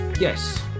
Yes